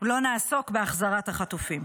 לא נעסוק בהחזרת החטופים.